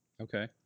Okay